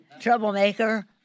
Troublemaker